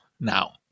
Now